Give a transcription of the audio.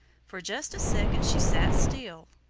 for just a second she sat still,